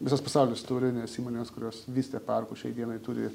visas pasaulis turi nes įmonės kurios vystė parkus šiai dienai turi